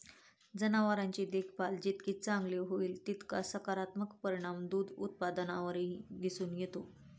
जनावरांची देखभाल जितकी चांगली होईल, तितका सकारात्मक परिणाम दूध उत्पादनावरही दिसून येतो